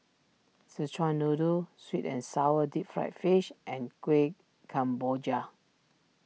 Szechuan Noodle Sweet and Sour Deep Fried Fish and Kuih Kemboja